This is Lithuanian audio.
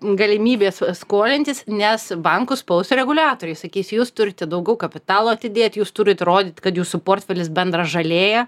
galimybės skolintis nes bankus spaus reguliatoriai sakys jūs turite daugiau kapitalo atidėt jūs turit rodyt kad jūsų portfelis bendražalėja